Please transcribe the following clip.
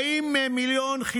40 מיליון שקלים,